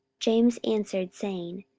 james answered, saying,